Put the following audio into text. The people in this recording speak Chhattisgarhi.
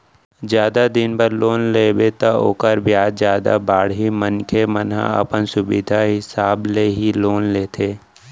जादा दिन बर लोन लेबे त ओखर बियाज जादा बाड़ही मनखे मन ह अपन सुबिधा हिसाब ले ही लोन लेथे